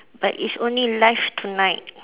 but it's only live tonight